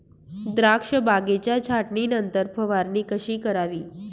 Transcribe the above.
द्राक्ष बागेच्या छाटणीनंतर फवारणी कशी करावी?